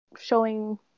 showing